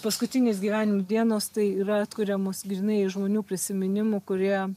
paskutinės gyvenimo dienos tai yra atkuriamos grynai iš žmonių prisiminimų kurie